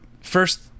first